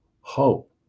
hope